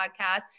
podcast